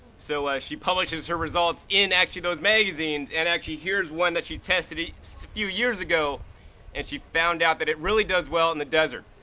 so ah she publishes her results in actually those magazines and actually here's one that she tested few years ago and she found out that it really does well in the desert.